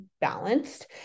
balanced